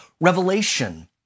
revelation